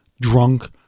drunk